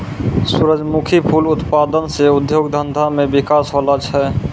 सुरजमुखी फूल उत्पादन से उद्योग धंधा मे बिकास होलो छै